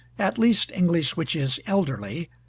at least english which is elderly,